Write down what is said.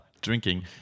drinking